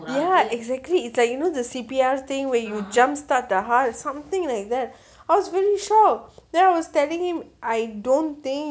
ya exactly it's like you know the C_P_R thing where you jump start the heart something like that I was really shock then I was telling him I don't think